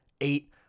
eight